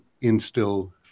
instill